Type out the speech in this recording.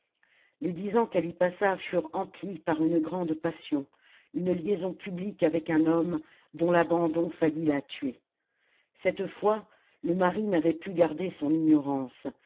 les dix ans qu'elle y passa furent emplis par une grande passion une liaison publique avec un homme dont l'abandon faillit la tuer cette fois le mari n'avait pu garder son ignorance